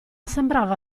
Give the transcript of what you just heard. sembrava